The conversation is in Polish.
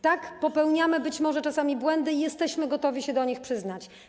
Tak, popełniamy być może czasami błędy i jesteśmy gotowi się do nich przyznać.